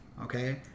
Okay